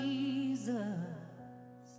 Jesus